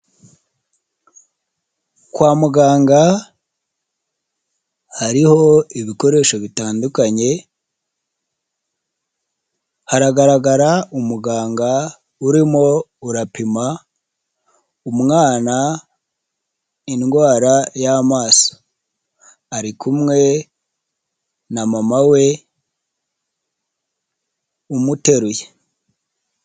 Kwa muganga hariho ibikoresho bitandukanye haragaragara umuganga urimo urapima umwana indwara y'amaso arikumwe na mama we umuteruye.